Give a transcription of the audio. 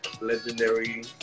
legendary